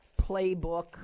playbook